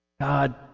God